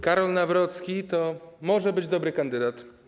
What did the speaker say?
Karol Nawrocki to może być dobry kandydat.